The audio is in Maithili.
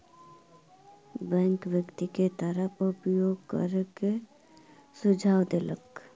बैंक व्यक्ति के तारक उपयोग करै के सुझाव देलक